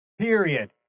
Period